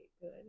good